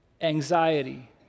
anxiety